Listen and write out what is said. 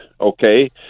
Okay